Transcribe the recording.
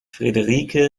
friederike